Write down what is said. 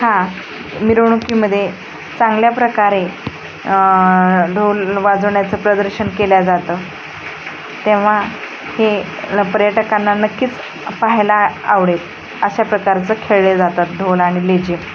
हा मिरवणुकीमध्ये चांगल्या प्रकारे ढोल वाजवण्याचं प्रदर्शन केलं जातं तेव्हा हे न पर्यटकांना नक्कीच पाहायला आवडेल अशा प्रकारचं खेळले जातात ढोल आणि लेझिम